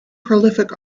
prolific